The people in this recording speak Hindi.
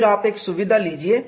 फिर आप एक सुविधा लीजिए